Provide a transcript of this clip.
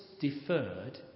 deferred